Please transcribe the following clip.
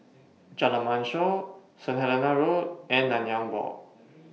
Jalan Mashor Saint Helena Road and Nanyang Walk